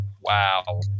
Wow